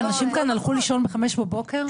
אנשים כאן הלכו לישון ב-5:00 בבוקר.